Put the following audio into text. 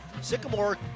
Sycamore